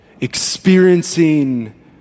experiencing